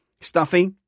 Stuffy